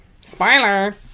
spoiler